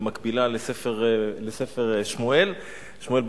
במקבילה לספר שמואל ב',